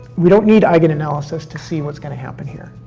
we don't need eigenanalysis to see what's gonna happen here.